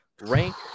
rank